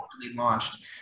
launched